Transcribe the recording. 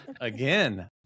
again